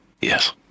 yes